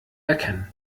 erkennen